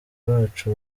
bacu